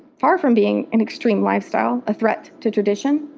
far from being an extreme lifestyle, a threat to tradition,